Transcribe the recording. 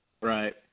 Right